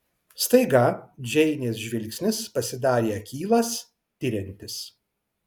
staiga džeinės žvilgsnis pasidarė akylas tiriantis